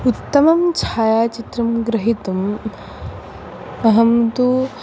उत्तमं छायाचित्रं गृहीतुम् अहं तु